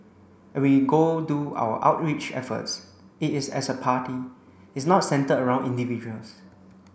and we go do our outreach efforts it is as a party it's not centred around individuals